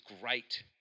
great